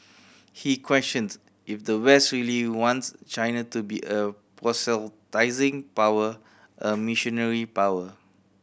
he questioned if the West really wants China to be a proselytising power a missionary power